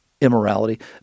immorality